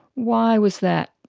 why was that?